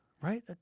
right